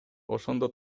ошондо